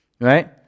Right